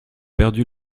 perdu